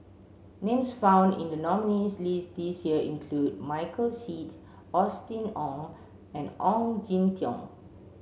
names found in the nominees' list this year include Michael Seet Austen Ong and Ong Jin Teong